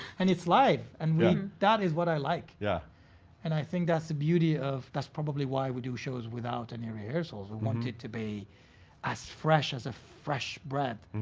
and it's live. and that is what i like. yeah and i think that's the beauty of. that's probably why we do shows without any rehearsals. i want it to be as fresh as a fresh bread.